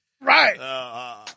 right